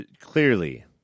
Clearly